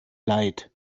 leid